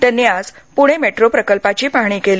त्यांनी आज पूणे मेट्रो प्रकल्पाचे पाहणी केली